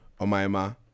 Omaima